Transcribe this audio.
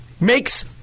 makes